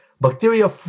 bacteria